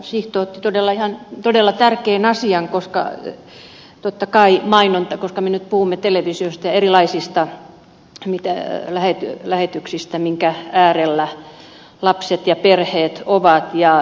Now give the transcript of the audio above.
sihto otti ihan todella tärkeän asian esille totta kai mainonnan koska me nyt puhumme televisiosta ja erilaisista lähetyksistä minkä äärellä lapset ja perheet ovat